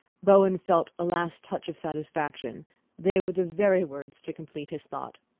bowen felt a last touch of satisfaction they were the very words to complete his thought.